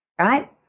right